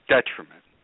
Detriment